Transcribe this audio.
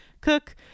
cook